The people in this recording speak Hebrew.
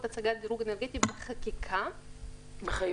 הצגת דירוג אנרגטי בחקיקה -- מחייבות,